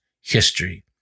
history